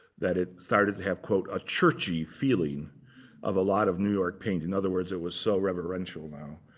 that it started to have quote, a churchy feeling of a lot of new york painting. in other words, it was so reverential now,